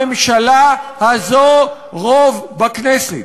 אין לממשלה הזו רוב בכנסת.